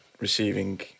receiving